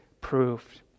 proved